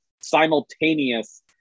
simultaneous